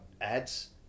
ads